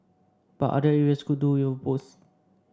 but other areas could do with a boost